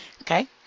okay